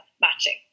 matching